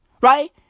right